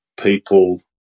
people